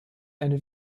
eine